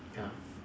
ya